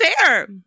fair